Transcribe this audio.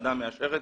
כשהוועדה מאשרת.